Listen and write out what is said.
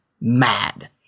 mad